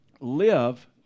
live